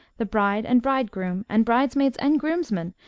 the bride and bridegroom, and bridesmaids and groomsmen,